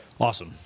Awesome